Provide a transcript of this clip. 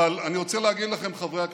אבל אני רוצה להגיד לכם, חברי הכנסת,